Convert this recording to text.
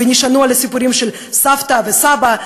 ונשענו על הסיפורים של סבתא וסבא,